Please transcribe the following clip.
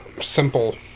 simple